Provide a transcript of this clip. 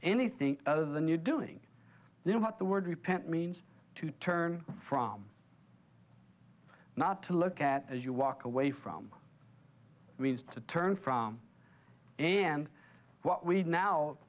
anything other than you doing you know what the word repent means to turn from not to look at as you walk away from means to turn from and what we now